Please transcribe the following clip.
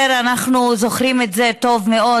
אנחנו זוכרים את זה טוב מאוד,